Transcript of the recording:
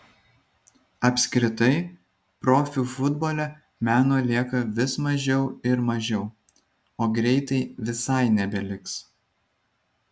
apskritai profių futbole meno lieka vis mažiau ir mažiau o greitai visai nebeliks